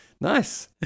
nice